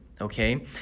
okay